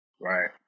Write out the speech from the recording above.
Right